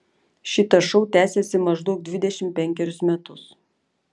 šitas šou tęsiasi maždaug dvidešimt penkerius metus